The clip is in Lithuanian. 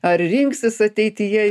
ar rinksis ateityje